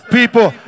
People